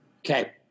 Okay